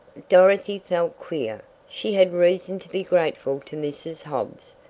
dorothy felt queer she had reason to be grateful to mrs. hobbs,